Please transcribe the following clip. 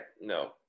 no